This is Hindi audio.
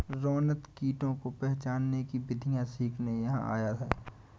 रोनित कीटों को पहचानने की विधियाँ सीखने यहाँ आया है